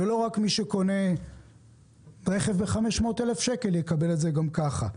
ולא רק מי שקונה רכב ב-500,000 שקל יקבל את זה גם ככה.